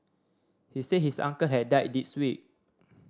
he said his uncle had died this week